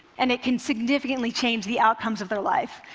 and it can significantly change the outcomes of their life.